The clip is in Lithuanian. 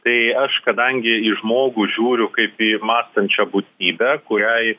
tai aš kadangi į žmogų žiūriu kaip į mąstančią būtybę kuriai